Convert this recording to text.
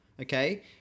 okay